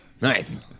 nice